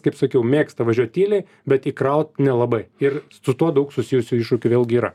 kaip sakiau mėgsta važiuot tyliai bet įkraut nelabai ir su tuo daug susijusių iššūkių vėlgi yra